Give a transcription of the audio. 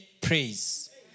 praise